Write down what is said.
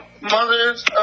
mother's